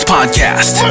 Podcast